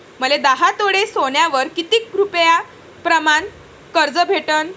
मले दहा तोळे सोन्यावर कितीक रुपया प्रमाण कर्ज भेटन?